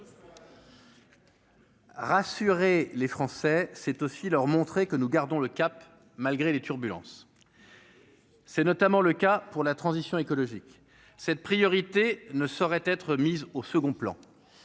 Rassurer les Français, c'est aussi leur montrer que nous gardons le cap malgré les turbulences, c'est notamment le cas pour la transition écologique cette priorité ne saurait être mise au second plan